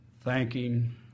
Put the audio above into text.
thanking